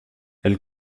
elle